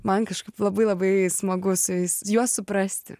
man kažkaip labai labai smagu su jais juos suprasti